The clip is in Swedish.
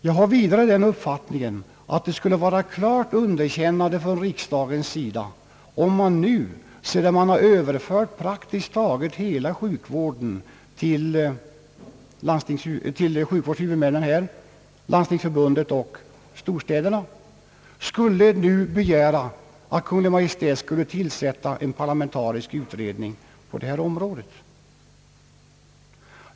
Jag har vidare den uppfattningen att det skulle vara ett klart underkännande från riksdagens sida om man nu, sedan man har överfört praktiskt taget hela sjukvården till sjukvårdshuvudmännen, landstingen och storstäderna, skulle begära att Kungl. Maj:t tillsätter en parla mentarisk utredning på detta område.